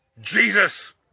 Jesus